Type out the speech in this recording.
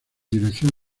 dirección